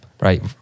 right